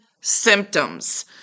Symptoms